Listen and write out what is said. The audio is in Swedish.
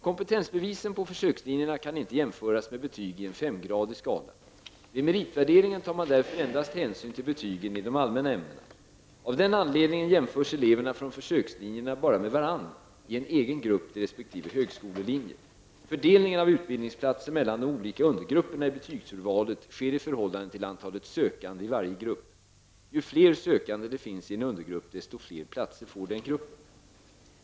Kompetensbevisen på försökslinjerna kan inte jämföras med betyg i en femgradig skala. Vid meritvärderingen tar man därför endast hänsyn till betygen i de allmäna ämnena. Av den anledningen jämförs eleverna från försökslinjerna endast med varandra i en egen grupp till resp. högskolelinje. Fördelningen av utbildningsplatser mellan de olika undergrupperna i betygsurvalet sker i förhållande till antalet sökande i varje grupp. Ju fler sökande det finns i en undergrupp, desto fler platser får den gruppen.